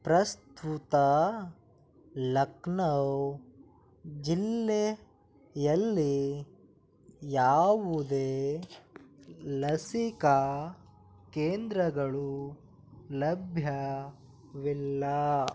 ಪ್ರಸ್ತುತಾ ಲಕ್ನೌ ಜಿಲ್ಲೆಯಲ್ಲಿ ಯಾವುದೇ ಲಸಿಕಾ ಕೇಂದ್ರಗಳು ಲಭ್ಯವಿಲ್ಲ